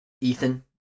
Ethan